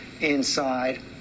inside